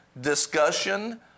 discussion